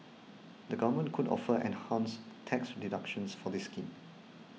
the government could offer enhanced tax deductions for this scheme